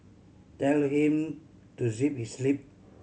tell him to zip his lip